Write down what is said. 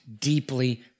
deeply